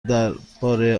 درباره